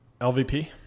LVP